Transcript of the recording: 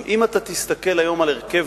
אם אתה תסתכל היום על הרכב,